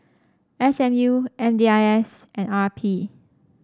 S M U M D I S and R P